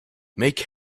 make